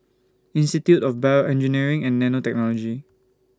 Institute of Bio Engineering and Nanotechnology